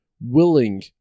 willing